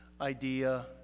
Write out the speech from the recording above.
idea